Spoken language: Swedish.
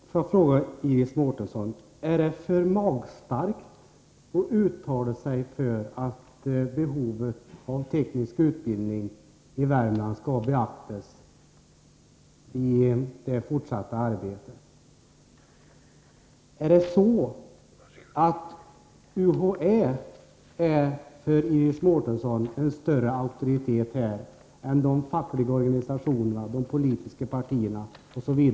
Herr talman! Jag vill ställa följande fråga till Iris Mårtensson: Är det för magstarkt att uttala sig för att behovet av teknisk utbildning i Värmland skall beaktas i det fortsatta arbetet? Är det så att UHÄ för Iris Mårtensson i detta avseende är en större auktoritet än de fackliga organisationerna, än de politiska partierna osv.?